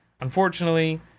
unfortunately